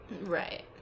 Right